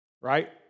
Right